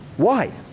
why?